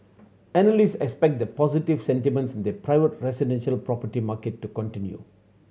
analyst expect the positive sentiments in the private residential property market to continue